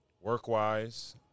work-wise